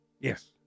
yes